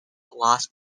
los